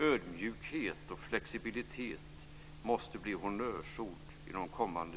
Ödmjukhet och flexibilitet måste bli honnörsord i de kommande